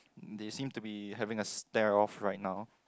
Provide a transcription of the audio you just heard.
they seem to be having a stare off right now